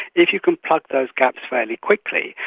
if you can plug those gaps fairly quickly,